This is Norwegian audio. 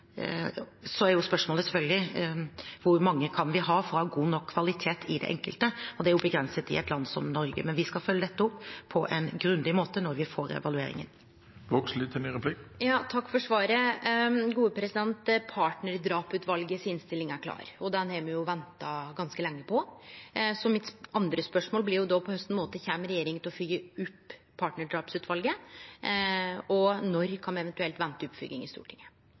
Så er selvfølgelig spørsmålet: Hvor mange kan vi ha for å ha god nok kvalitet i det enkelte? Det er jo begrenset i et land som Norge. Men vi skal følge dette opp på en grundig måte når vi får evalueringen. Takk for svaret. Innstillinga frå partnardrapsutvalet er klar. Den har me venta ganske lenge på. Mitt andre spørsmål blir då: På kva måte kjem regjeringa til å fylgje opp partnardrapsutvalet, og når kan me eventuelt vente oppfylging i Stortinget?